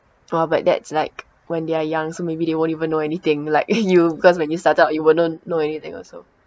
oh but that's like when they're young so maybe they won't even know anything like you cause when you started out you wouldn't know anything also